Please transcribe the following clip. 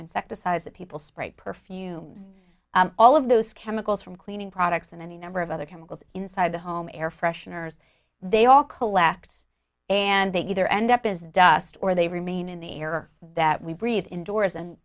insecticides that people spray perfumed all of those chemicals from cleaning products and any number of other chemicals inside the home air fresheners they all collect and they either end up as dust or they remain in the air that we breathe indoors and